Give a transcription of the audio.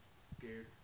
scared